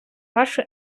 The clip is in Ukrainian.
вашу